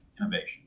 innovation